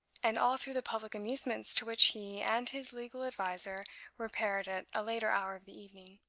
and all through the public amusements to which he and his legal adviser repaired at a later hour of the evening.